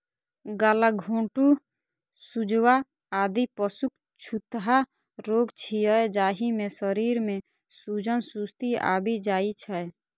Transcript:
गलाघोटूं, सुजवा, आदि पशुक छूतहा रोग छियै, जाहि मे शरीर मे सूजन, सुस्ती आबि जाइ छै